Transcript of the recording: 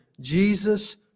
Jesus